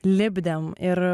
lipdėm ir